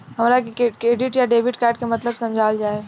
हमरा के डेबिट या क्रेडिट कार्ड के मतलब समझावल जाय?